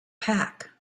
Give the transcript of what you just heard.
pack